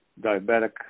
diabetic